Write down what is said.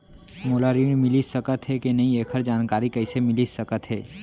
मोला ऋण मिलिस सकत हे कि नई एखर जानकारी कइसे मिलिस सकत हे?